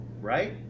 right